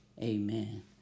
Amen